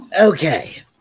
Okay